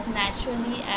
naturally